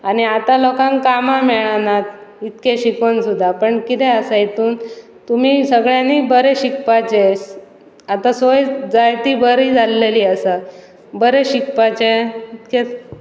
आनी आतां लोकांक कामां मेळनात इतकें शिकोन सुद्दा पण कितें आसा हेतून तुमी सगळ्यांनी बरें शिकपाचे आतां सोय जायती बरी जाल्लेली आसा बरें शिकपाचें इतकें